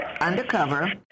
undercover